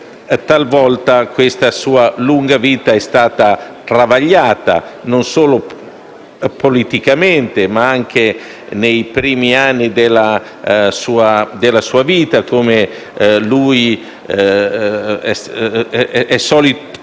talvolta questa sua lunga vita è stata travagliata, non solo politicamente, ma anche nei primi anni della sua vita. Bettiza era solito